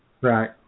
Right